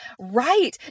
Right